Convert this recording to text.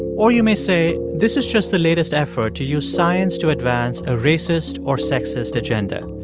or you may say, this is just the latest effort to use science to advance a racist or sexist agenda.